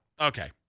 Okay